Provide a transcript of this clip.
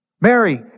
Mary